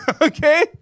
Okay